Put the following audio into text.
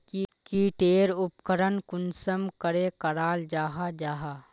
की टेर उपकरण कुंसम करे कराल जाहा जाहा?